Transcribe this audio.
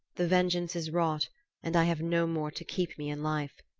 the vengeance is wrought and i have no more to keep me in life.